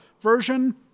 version